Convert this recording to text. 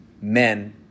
men